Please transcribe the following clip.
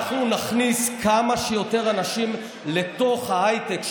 אנחנו נכניס כמה שיותר אנשים לתוך ההייטק,